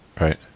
right